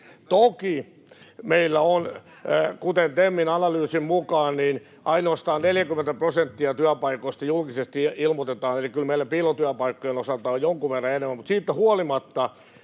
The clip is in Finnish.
Toki meillä, kuten TEMin analyysien mukaan, ainoastaan 40 prosenttia työpaikoista ilmoitetaan julkisesti, eli kyllä meillä piilotyöpaikkojen osalta on jonkun verran enemmän. Siitä huolimatta